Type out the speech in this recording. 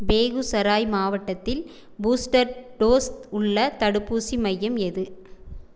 பேகுசராய் மாவட்டத்தில் booster dose உள்ள தடுப்பூசி மையம் எது